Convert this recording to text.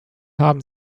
haben